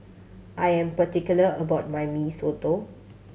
I am particular about my Mee Soto